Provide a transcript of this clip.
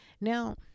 Now